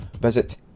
visit